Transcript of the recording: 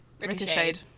ricocheted